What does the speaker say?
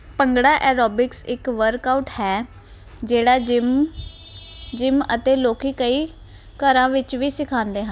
bhangra aerobics ਇੱਕ workout ਹੈ ਜਿਹੜਾ ਜਿਮ ਜਿਮ ਅਤੇ ਲੋਕੀ ਕਈ ਘਰਾਂ ਵਿੱਚ ਵੀ ਸਿਖਾਂਦੇ ਹਨ